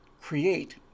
create